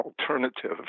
alternative